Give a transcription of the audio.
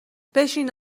بشین